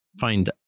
find